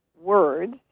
words